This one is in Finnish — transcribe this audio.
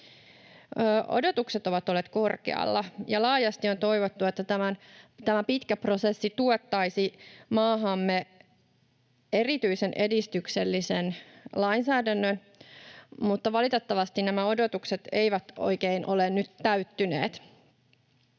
Odotukset ovat olleet korkealla, ja laajasti on toivottu, että tämä pitkä prosessi tuottaisi maahamme erityisen edistyksellisen lainsäädännön, mutta valitettavasti nämä odotukset eivät oikein ole nyt täyttyneet.